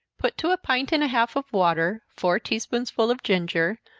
put to a pint and a half of water four tea-spoonsful of ginger,